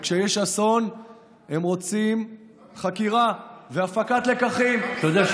וכשיש אסון הם רוצים חקירה והפקת לקחים, במזוודה,